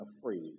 afraid